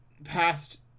past